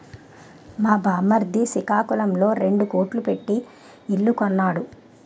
మా బామ్మర్ది సికాకులంలో రెండు కోట్లు ఎట్టి ఇల్లు కొన్నాడు